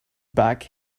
back